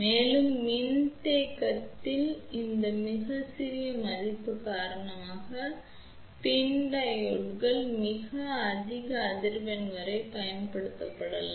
மேலும் மின்தேக்கத்தின் இந்த மிகச் சிறிய மதிப்பு காரணமாக PIN டையோட்கள் மிக அதிக அதிர்வெண் வரை பயன்படுத்தப்படலாம்